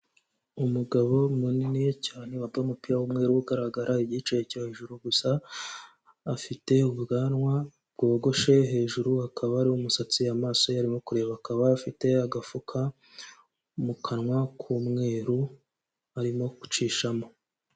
Umugabo munini cyane wambaye umupira w'umweru ugaragara igice cyo hejuru gusa, afite ubwanwa bwogoshe, hejuru hakaba hari umusatsi, amaso arimo kureba, akaba afite agafuka mu kanwa k'umweru arimo gucishamo.